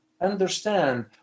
understand